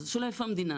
אז השאלה איפה המדינה.